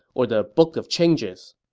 or the book of changes.